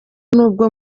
n’ubwo